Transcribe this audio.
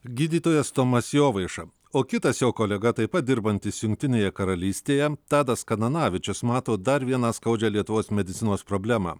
gydytojas tomas jovaiša o kitas jo kolega taip pat dirbantis jungtinėje karalystėje tadas kananavičius mato dar vieną skaudžią lietuvos medicinos problemą